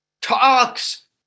talks